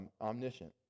omniscient